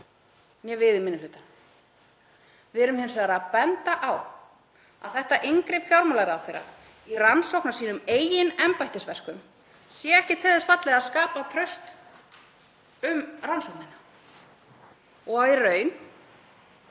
né við í minni hlutanum. Við erum hins vegar að benda á að þetta inngrip fjármálaráðherra í rannsókn á sínum eigin embættisverkum sé ekki til þess fallið að skapa traust um rannsóknina og í raun